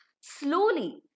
Slowly